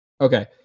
Okay